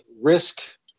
risk